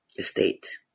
state